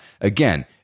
again